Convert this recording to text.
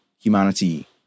humanity